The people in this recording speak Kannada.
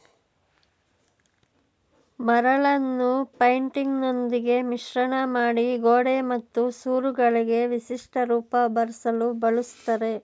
ಮರಳನ್ನು ಪೈಂಟಿನೊಂದಿಗೆ ಮಿಶ್ರಮಾಡಿ ಗೋಡೆ ಮತ್ತು ಸೂರುಗಳಿಗೆ ವಿಶಿಷ್ಟ ರೂಪ ಬರ್ಸಲು ಬಳುಸ್ತರೆ